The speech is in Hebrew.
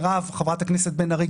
גם חברת הכנסת בן ארי.